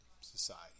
Society